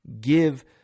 give